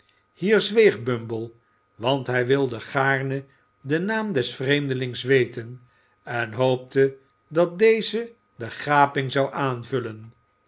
hier zweeg bumble want hij wi de gaarne den naam des vreemdelings weten en hoopte dat deze de gaping zou aanvullen